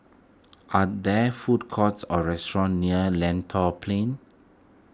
are there food courts or restaurants near Lentor Plain